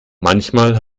manchmal